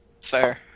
Fair